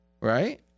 Right